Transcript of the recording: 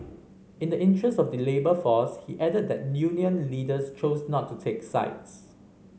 in the interest of the labour force he added that union leaders chose not to take sides